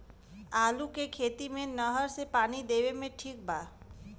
आलू के खेती मे नहर से पानी देवे मे ठीक बा?